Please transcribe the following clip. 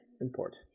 import